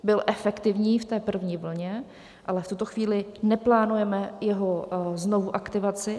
Byl efektivní v první vlně, ale v tuto chvíli neplánujeme jeho znovu aktivaci.